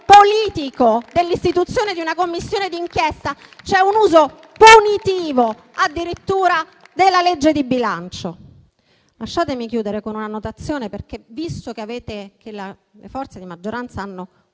politico dell'istituzione di una Commissione d'inchiesta, c'è un uso punitivo addirittura della legge di bilancio. Lasciatemi chiudere con una notazione. Visto che le forze di maggioranza hanno